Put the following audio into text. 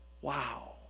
Wow